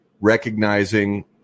recognizing